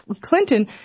Clinton